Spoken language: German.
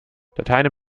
dateien